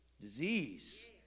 disease